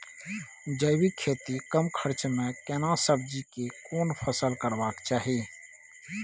जैविक खेती कम खर्च में केना सब्जी के कोन फसल करबाक चाही?